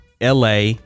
LA